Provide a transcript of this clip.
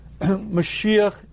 Mashiach